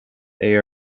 they